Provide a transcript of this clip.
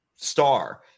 star